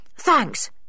thanks